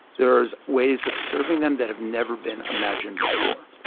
there's ways of serving them that have never been imagined before.